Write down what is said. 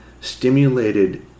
stimulated